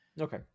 Okay